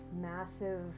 massive